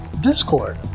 Discord